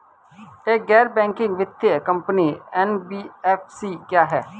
एक गैर बैंकिंग वित्तीय कंपनी एन.बी.एफ.सी क्या है?